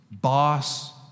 boss